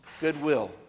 goodwill